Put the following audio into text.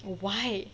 why